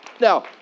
Now